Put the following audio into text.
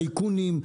טייקונים,